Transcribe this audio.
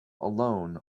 alone